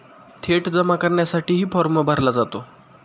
थेट जमा करण्यासाठीही फॉर्म भरला जातो